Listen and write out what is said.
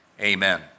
amen